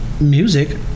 Music